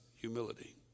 humility